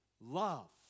love